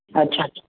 अच्छा अच्छा